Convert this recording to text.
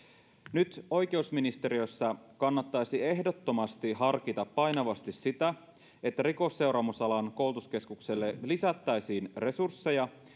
nyt oikeusministeriössä kannattaisi ehdottomasti harkita painavasti sitä että rikosseuraamusalan koulutuskeskukselle lisättäisiin resursseja